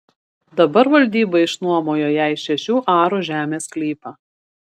dabar valdyba išnuomojo jai šešių arų žemės sklypą